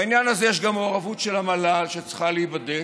בעניין הזה יש גם מעורבות של המל"ל שצריכה להיבדק,